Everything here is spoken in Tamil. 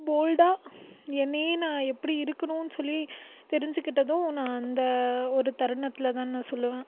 போல்டாக என்னையே நான் எப்படி இருக்கணும்னு சொல்லி தெரிஞ்சுக்கிட்டதும் நான் அந்த ஒரு தருணத்திலதானு நான் சொல்லுவேன்